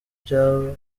byabaye